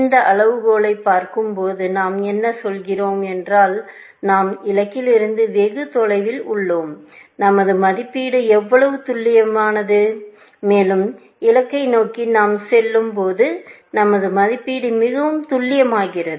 இந்த அளவுகோலை பார்க்கும்போது நாம் என்ன சொல்கிறோம் என்றாள் நாம் இலக்கிலிருந்து வெகு தொலைவில் உள்ளோம் நமது மதிப்பீடு எவ்வளவு துல்லியமானது மேலும் இலக்கை நோக்கி நாம் செல்லும் போது நமது மதிப்பீடு மிகவும் துல்லியமாகிறது